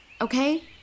okay